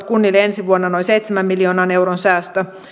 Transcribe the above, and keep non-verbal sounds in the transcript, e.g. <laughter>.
<unintelligible> kunnille ensi vuonna noin seitsemän miljoonan euron säästö